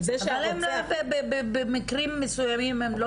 אבל הם במקרים מסוימים הם לא